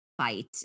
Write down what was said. fight